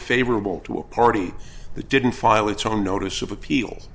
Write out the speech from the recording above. favorable to a party the didn't file its own notice of appeal